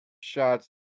shots